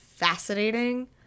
fascinating